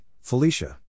Felicia